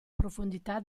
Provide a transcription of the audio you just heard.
profondità